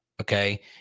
Okay